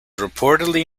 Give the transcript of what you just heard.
reportedly